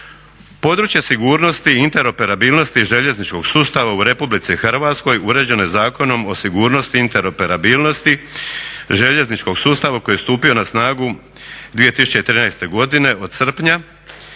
Područje sigurnosti i interoperabilnosti željezničkog sustava u RH uređeno je Zakonom o sigurnosti interoperabilnosti željezničkog sustava koji je stupio na snagu 2013.godine od srpnja